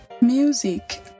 Music